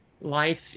life